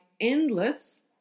endless